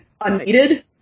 unneeded